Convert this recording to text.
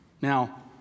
Now